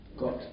got